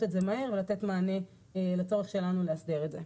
את זה מהר ולתת מענה לצורך שלנו לאסדר את זה.